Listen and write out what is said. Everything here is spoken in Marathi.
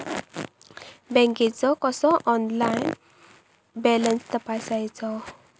बँकेचो कसो ऑनलाइन बॅलन्स तपासायचो?